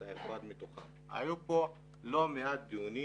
אתה אחד מתוכם היו פה לא מעט דיונים